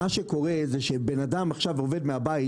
בן אדם שעובד מהבית,